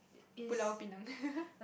Pulau Pinang